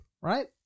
right